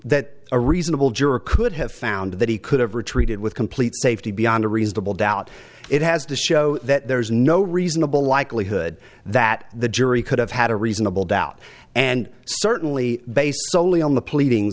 that a reasonable juror could have found that he could have retreated with complete safety beyond a reasonable doubt it has to show that there is no reasonable likelihood that the jury could have had a reasonable doubt and certainly based soley on the pleading